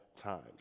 times